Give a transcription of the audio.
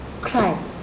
cry